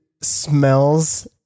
smells